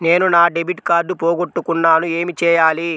నేను నా debit card పోగొట్టుకున్నాను ఏమి చేయాలి?